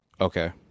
Okay